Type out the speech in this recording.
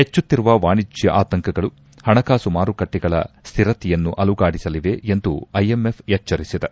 ಹೆಚ್ಚುತ್ತಿರುವ ವಾಣಿಜ್ಜ ಆತಂಕಗಳು ಹಣಕಾಸು ಮಾರುಕಟ್ಟೆಗಳ ಸ್ಥಿರತೆಯನ್ನು ಅಲುಗಾಡಿಸಲಿವೆ ಎಂದು ಐಎಂಎಫ್ ಎಚ್ಚರಿಸಿದೆ